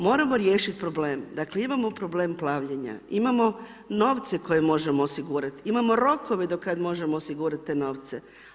Moramo riješiti problem, dakle imamo problem plavljenja, imamo novce koje možemo osigurati, imamo rokove do kada možemo osigurati te novce.